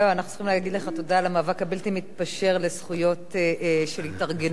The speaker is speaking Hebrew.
אנחנו צריכים להגיד לך תודה על המאבק הבלתי-מתפשר לזכויות של התארגנות.